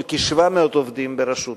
של כ-700 עובדים ברשות השידור,